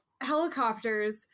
helicopters